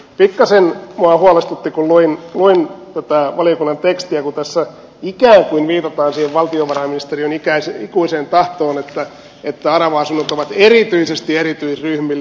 pikkasen minua huolestutti kun luin tätä valiokunnan tekstiä kun tässä ikään kuin viitataan siihen valtiovarainministeriön ikuiseen tahtoon että arava asunnot ovat erityisesti erityisryhmille